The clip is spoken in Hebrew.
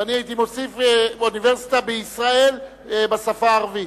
ואני הייתי מוסיף: אוניברסיטה בישראל בשפה הערבית.